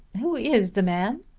who is the man?